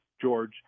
George